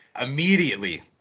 immediately